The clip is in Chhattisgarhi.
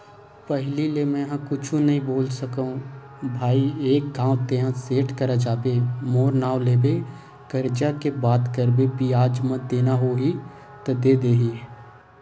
पहिली ले मेंहा कुछु नइ बोले सकव भई एक घांव तेंहा सेठ करा जाबे मोर नांव लेबे करजा के बात करबे बियाज म देना होही त दे दिही